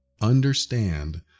understand